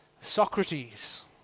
Socrates